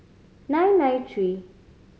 nine nine three